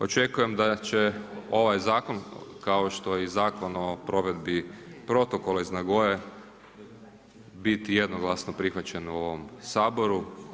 Očekujem da će ovaj zakon, kao što i Zakon o provedbi protokola iz Nagoye biti jednoglasno prihvaćeno u ovom Saboru.